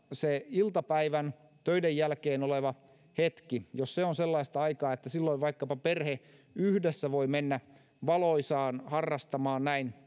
se iltapäivän töiden jälkeen oleva hetki on sellaista aikaa että silloin vaikkapa perhe yhdessä voi mennä valoisaan harrastamaan näin